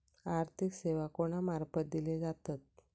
आर्थिक सेवा कोणा मार्फत दिले जातत?